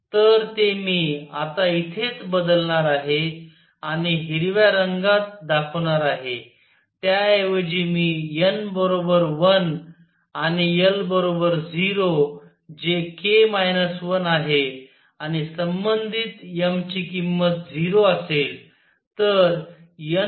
तर ते मी आता इथेच बदलणार आहे आणि हिरव्या रंगात दाखवणार आहे त्याऐवजी मी n 1 आणि l 0 जे k 1 आहे आणि संबंधित m ची किंमत 0 असेल